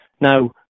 Now